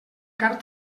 carn